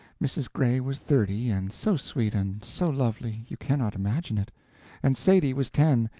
mrs. gray was thirty, and so sweet and so lovely, you cannot imagine it and sadie was ten,